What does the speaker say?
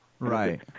Right